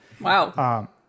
Wow